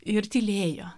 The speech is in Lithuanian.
ir tylėjo